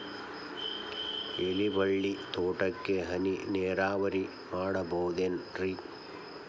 ಎಲೆಬಳ್ಳಿ ತೋಟಕ್ಕೆ ಹನಿ ನೇರಾವರಿ ಮಾಡಬಹುದೇನ್ ರಿ?